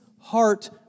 heart